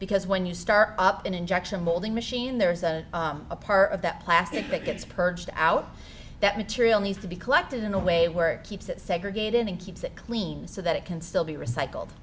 because when you start up an injection molding machine there is a part of that plastic that gets purged out that material needs to be collected in a way where it keeps it segregated and keeps it clean so that it can still be recycled